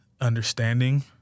understanding